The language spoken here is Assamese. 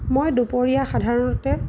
মই দুপৰীয়া সাধাৰণতে